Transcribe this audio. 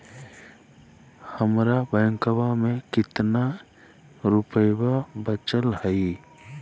हमर बैंकवा में कितना रूपयवा बचल हई?